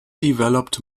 developed